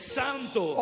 santo